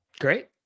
Great